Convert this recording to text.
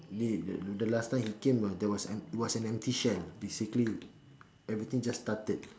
the the last time he came were there was it was an empty shell basically everything just started